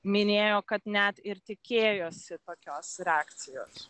minėjo kad net ir tikėjosi tokios reakcijos